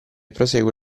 prosegue